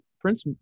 Prince